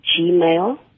gmail